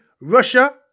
Russia